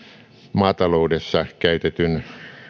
maataloudessa käytetyn